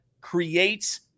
creates